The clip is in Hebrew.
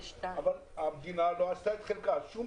אבל המדינה לא עשתה את חלקה ולא היה שום